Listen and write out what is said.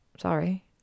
Sorry